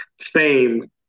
fame